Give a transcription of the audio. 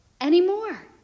anymore